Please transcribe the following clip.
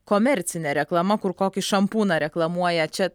komercinė reklama kur kokį šampūną reklamuoja čia